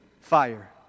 fire